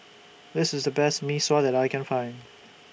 This IS The Best Mee Sua that I Can Find